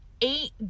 eight